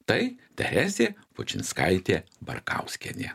tai teresė pučinskaitė barkauskienė